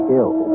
ill